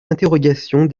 interrogations